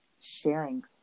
sharing